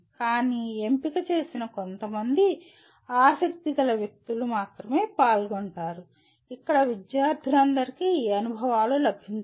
కానీ ఎంపిక చేసిన కొంతమంది ఆసక్తిగల వ్యక్తులు మాత్రమే పాల్గొంటారు ఇక్కడ విద్యార్థులందరికీ ఈ అనుభవాలు లభించవు